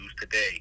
today